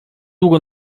długo